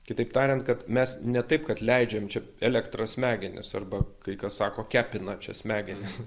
kitaip tariant kad mes ne taip kad leidžiam čia elektrą smegenis arba kai kas sako kepina čia smegenis